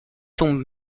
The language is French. tombe